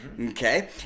Okay